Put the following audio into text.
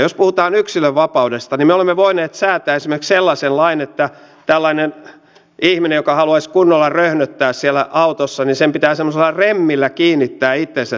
jos puhutaan yksilönvapaudesta niin me olemme voineet säätää esimerkiksi sellaisen lain että tällaisen ihmisen joka haluaisi kunnolla röhnöttää siellä autossa pitää semmoisella remmillä kiinnittää itsensä siihen istuimeen